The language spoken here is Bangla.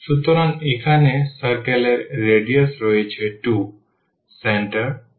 সুতরাং এখানে circle এর রেডিয়াস রয়েছে 2 সেন্টার 0